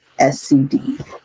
SCD